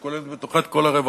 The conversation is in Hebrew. שכוללת בתוכה את כל הרבדים,